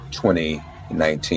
2019